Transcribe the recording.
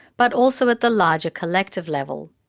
but also at the larger collective level.